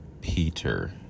peter